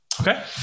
Okay